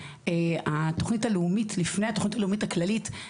כי לפני התוכנית הלאומית הכללית,